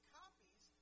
copies